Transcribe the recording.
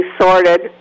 sorted